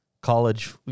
college